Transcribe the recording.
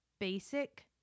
basic